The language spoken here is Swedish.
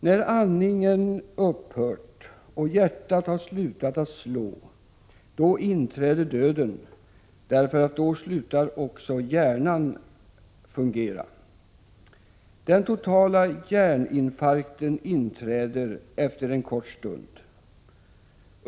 När andningen upphört och hjärtat har slutat att slå, då inträder döden, därför att då slutar också hjärnan fungera. Den totala hjärninfarkten inträder efter en kort stund.